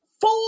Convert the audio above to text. four